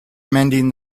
mending